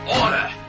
order